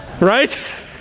Right